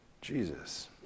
Jesus